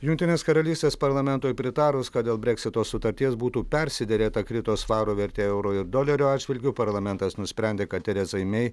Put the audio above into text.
jungtinės karalystės parlamentui pritarus kad dėl breksito sutarties būtų persiderėta krito svaro vertė euro ir dolerio atžvilgiu parlamentas nusprendė kad teresai mei